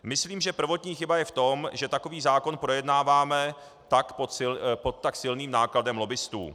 Myslím, že prvotní chyba je v tom, že takový zákon projednáváme pod tak silným nátlakem lobbistů.